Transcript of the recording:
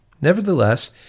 Nevertheless